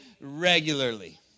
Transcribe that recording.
regularly